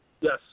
Yes